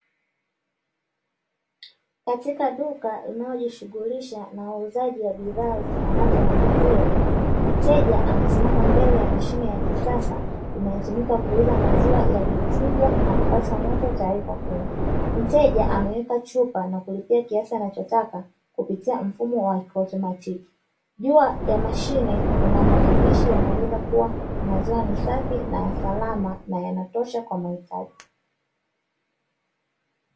Katika duka linalojishughulisha na wauzaji wa bidhaa zitokanazo na maziwa, mteja amesimama mbele ya mashine ya kisasa inayotumika kuuza maziwa yaliyochujwa na kupashwa moto tayari kwa kunywa; mteja ameweka chupa na kulipia kiasi anachotaka kupitia mfumo wa kiautomatiki, juu ya mashine kuna maandishi yanaeleza kuwa maziwa ni safi na ya salama na yanatosha kwa mahitaji.